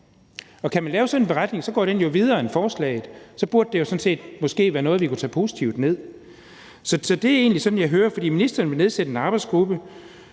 Og kan man lave sådan en beretning, går den jo videre end forslaget, og så burde det sådan set være noget, vi kunne tage positivt ned. Så det er egentlig sådan, jeg hører det. Ministeren vil nedsætte en arbejdsgruppe